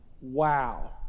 Wow